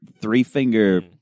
three-finger